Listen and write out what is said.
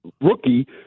rookie